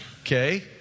okay